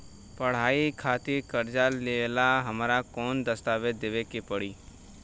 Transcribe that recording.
पढ़ाई खातिर कर्जा लेवेला हमरा कौन दस्तावेज़ देवे के पड़ी?